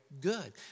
good